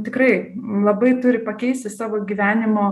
tikrai labai turi pakeisti savo gyvenimo